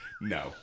No